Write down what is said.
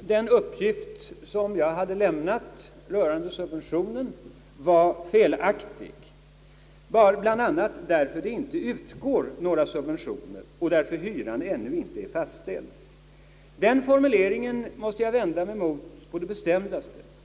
den uppgift som jag lämnat rörande subventionen var felaktig, bl.a. därför att det inte utgår några subventioner och därför att hyran ännu inte är fastställd. Den formuleringen måste jag på det bestämdaste vända mig emot.